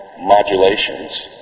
modulations